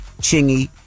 Chingy